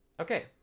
Okay